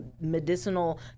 medicinal